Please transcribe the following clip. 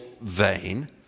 vain